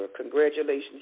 Congratulations